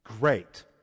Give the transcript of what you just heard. great